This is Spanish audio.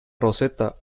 roseta